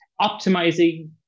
optimizing